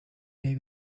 day